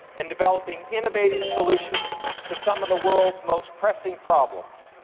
and developing innovative solutions to some of the world's most pressing problems.